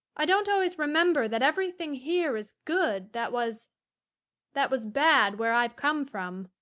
i don't always remember that everything here is good that was that was bad where i've come from.